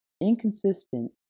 inconsistent